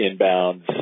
inbounds